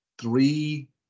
three